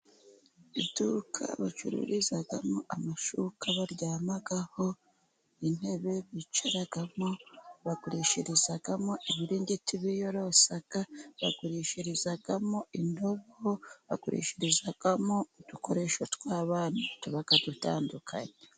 Iduka bacururizamo amashuka baryamaho , Intebe bicaramo, bagurishirizamo ibiringiti biyorosa , bagurishirizamo indobo, bagurishirizamo udukoresho twabana tubadutandukanye.